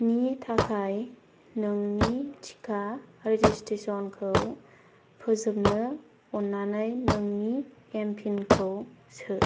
नि थाखाय नोंनि थिका रेजिस्ट्रेसनखौ फोजोबनो अन्नानै नोंनि एम फिनखौ सो